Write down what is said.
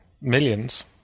millions